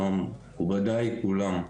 שלום, מכובדיי כולם.